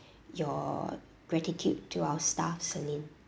your gratitude to our staff celine